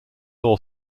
law